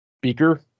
Beaker